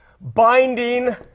binding